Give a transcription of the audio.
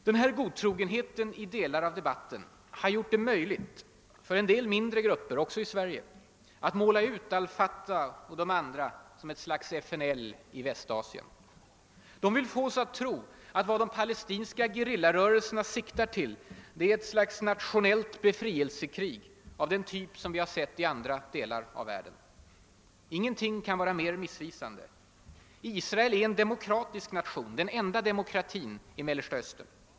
Den här godtrogenheten i delar av debatten har gjort det möjligt för en del mindre grupper, också i Sverige, att måla ut al Fatah och de andra som ett slags FNL i Västasien. De vill få oss att tro att vad de palestinska gerillarörelserna siktar till är ett slags nationellt befrielsekrig av den typ som vi har sett i andra delar av världen. Ingenting kan vara mer missvisande. Israel är en demokratisk nation, den enda demokratin i Mellersta Östern.